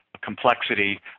complexity